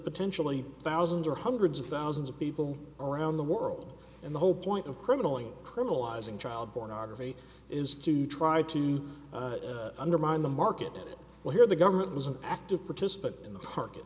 potentially thousands or hundreds of thousands of people around the world and the whole point of criminally criminalizing child pornography is to try to undermine the market well here the government was an active participant in the park